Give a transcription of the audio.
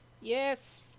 Yes